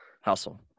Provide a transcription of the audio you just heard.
Hustle